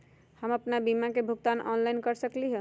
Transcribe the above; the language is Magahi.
हम अपन बीमा के भुगतान ऑनलाइन कर सकली ह?